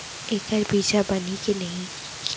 एखर बीजहा बनही के नहीं?